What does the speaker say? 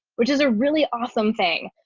which is a really awesome thing.